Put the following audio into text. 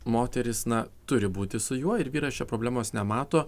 moteris na turi būti su juo ir vyras čia problemos nemato